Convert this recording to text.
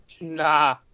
nah